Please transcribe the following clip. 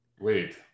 wait